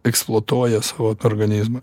eksploatuoja savo tą organizmą